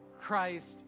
Christ